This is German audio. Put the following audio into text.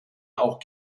auch